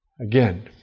Again